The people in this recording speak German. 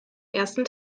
ersten